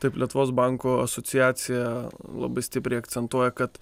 taip lietuvos bankų asociacija labai stipriai akcentuoja kad